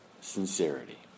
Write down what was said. sincerity